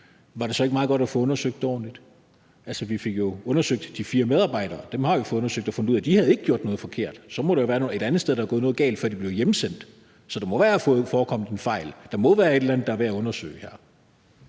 var det så ikke meget godt at få undersøgt det ordentligt? Altså, vi fik jo undersøgt de fire medarbejdere. Dem har vi fået undersøgt og fundet ud af, at de havde ikke gjort noget forkert. Så må der være et andet sted, der er gået noget galt, for de blev jo hjemsendt. Så der må være forekommet en fejl. Der må være et eller andet, der er værd at undersøge her.